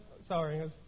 Sorry